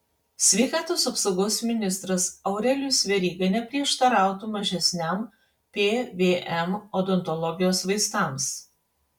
sveikatos apsaugos ministras aurelijus veryga neprieštarautų mažesniam pvm odontologijos vaistams